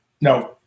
No